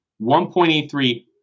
1.83